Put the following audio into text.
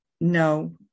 no